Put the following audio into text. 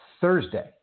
Thursday